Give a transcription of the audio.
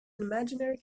imaginary